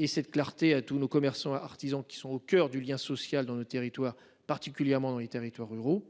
et cette clarté à tous nos commerçants artisans qui sont au coeur du lien social dans le territoire particulièrement dans les territoires ruraux.